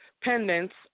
pendants